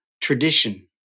tradition